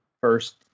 first